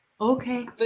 Okay